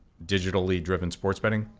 digitally driven sports betting?